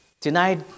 Tonight